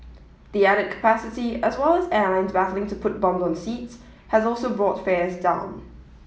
the added capacity as well as airlines battling to put bums on seats has also brought fares down